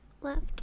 left